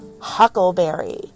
Huckleberry